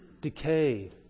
decay